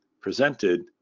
presented